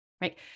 right